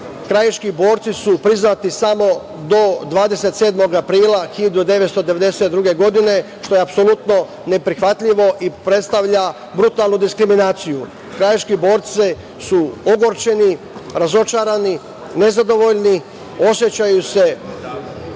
krajiški borci su priznati samo do 27. aprila 1992. godine, što je apsolutno neprihvatljivo i predstavlja brutalnu diskriminaciju. Krajiški borci su ogorčeni, razočarani, nezadovoljni, osećaju se